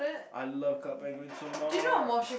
I love Club Penguin so much